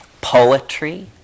poetry